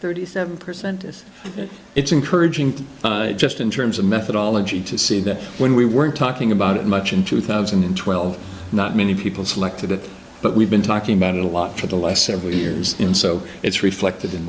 thirty seven percent is that it's encouraging just in terms of methodology to see that when we weren't talking about it much in two thousand and twelve not many people selected it but we've been talking about it a lot for the last several years in so it's